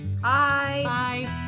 bye